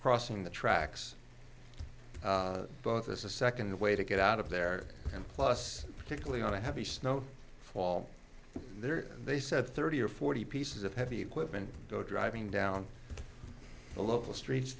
crossing the tracks both as a second the way to get out of there and plus particularly on a heavy snow fall there they said thirty or forty pieces of heavy equipment go driving down the local streets